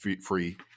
free